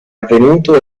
avvenuto